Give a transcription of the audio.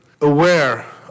aware